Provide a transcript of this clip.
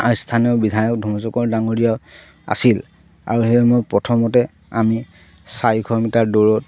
স্থানীয় বিধায়ক ধৰ্মেশ্বৰ কোঁৱৰ ডাঙৰীয়া আছিল আৰু সেইসময়ত প্ৰথমতে আমি চাৰিশ মিটাৰ দৌৰত